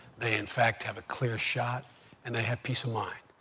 they in fact have a clear shot and they have peace of mind,